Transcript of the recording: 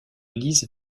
lys